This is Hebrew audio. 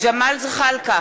ג'מאל זחאלקה,